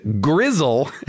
grizzle